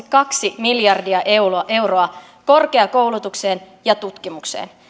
kaksi miljardia euroa euroa korkeakoulutukseen ja tutkimukseen